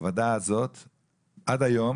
שעד היום,